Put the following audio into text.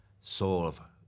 solve